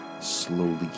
slowly